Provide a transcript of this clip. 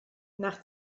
nach